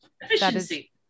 efficiency